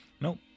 Nope